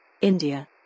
India